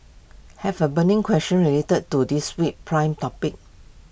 have A burning question related to this week's primer topic